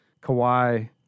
Kawhi